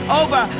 over